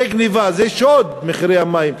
זה גנבה, זה שוד, מחירי המים.